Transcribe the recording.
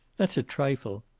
that's a trifle.